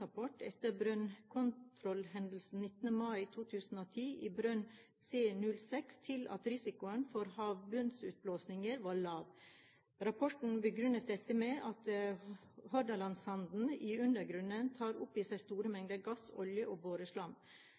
etter brønnkontrollhendelsen 19. mai 2010 i brønn C-06 til at risikoen for en havbunnsutblåsning var lav. Rapporten begrunner dette med at Hordaland-sand i undergrunnen kan ta opp i seg store mengder gass, olje og